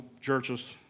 churches